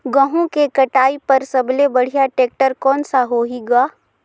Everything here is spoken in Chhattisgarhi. गहूं के कटाई पर सबले बढ़िया टेक्टर कोन सा होही ग?